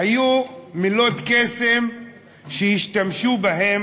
היו מילות קסם שהשתמשו בהן